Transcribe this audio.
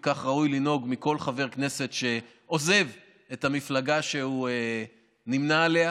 וכך ראוי שינהג כל חבר כנסת שעוזב את המפלגה שהוא נמנה עליה.